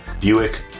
Buick